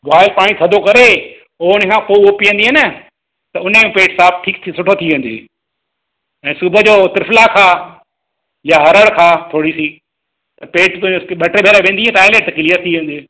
boil पाणी थधो करे पोइ हुनखां पोइ उहो पीअंदीअं न त उने पेटु साफ़ु ठीकु सुठो थी वेंदइ ऐं सुबुह जो त्रिफला खाउ या हरड़ खाउ थोरी सी पेटु त ॿ टे भेरा वेंदीअ त टॉइलेट त क्लीअर थी वेंदइ